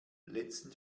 letzten